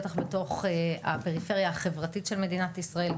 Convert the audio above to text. בטח בתוך הפריפריה החברתית של מדינת ישראל,